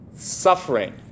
suffering